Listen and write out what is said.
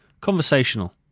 Conversational